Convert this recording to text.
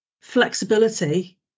flexibility